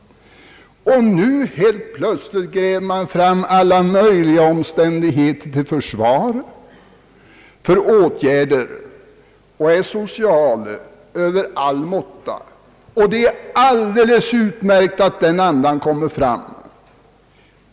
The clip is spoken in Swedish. Men nu helt plötsligt gräver man på den borgerliga sidan fram alla möjliga argument för kravet på vittomfattande åtgärder, och man är social över all måtta. Det är utmärkt att den andan kommer fram.